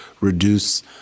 reduce